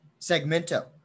segmento